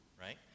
right